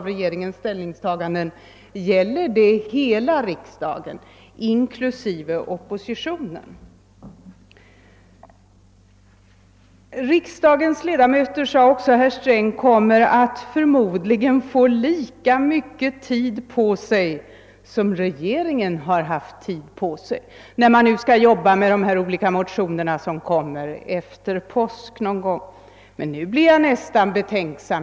Herr Sträng sade vidare att riksdagens ledamöter förmodligen kommer att få lika mycket tid på sig som regeringen har haft när man skall arbeta med de olika motionerna som kommer efter påsk. Nu blir jag nästan betänksam.